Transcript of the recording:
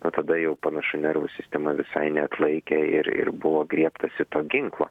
nu tada jau panašu nervų sistema visai neatlaikė ir ir buvo griebtasi to ginklo